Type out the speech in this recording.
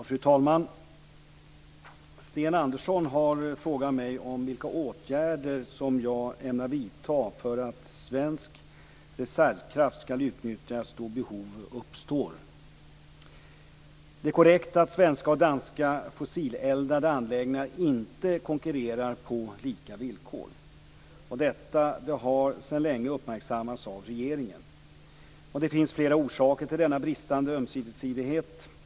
Fru talman! Sten Andersson har frågat mig vilka åtgärder jag ämnar vidta för att svensk reservkraft skall utnyttjas då behov uppstår. Det är korrekt att svenska och danska fossileldade anläggningar inte konkurrerar på lika villkor. Detta har sedan länge uppmärksammats av regeringen. Det finns flera orsaker till denna bristande ömsesidighet.